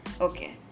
Okay